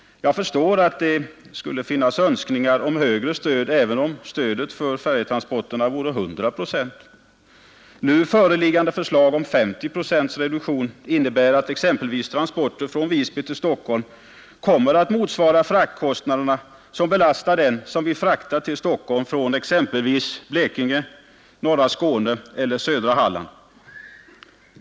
Jag förstår att det skulle finnas önskningar om större stöd även om stödet för färjetransporterna vore 100 procent. Nu föreliggande förslag om 50 procents reduktion innebär att exempelvis kostnaden för transporter från Visby till Stockholm kommer att motsvara fraktkostnaderna som belastar den som vill frakta varor till Stockholm från exempelvis Blekinge, norra Skåne eller södra Halland.